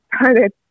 started